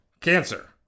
cancer